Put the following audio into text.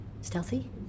stealthy